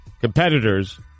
competitors